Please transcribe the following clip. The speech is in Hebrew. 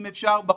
אם אפשר בחוץ,